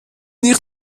nicht